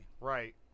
Right